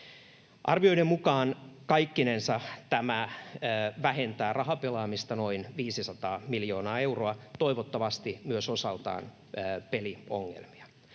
Arvioiden mukaan kaikkinensa tämä vähentää rahapelaamista noin 500 miljoonaa euroa — toivottavasti myös osaltaan peliongelmia.